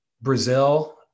Brazil